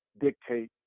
dictate